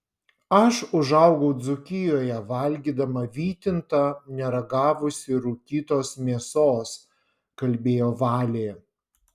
aš užaugau dzūkijoje valgydama vytintą neragavusi rūkytos mėsos kalbėjo valė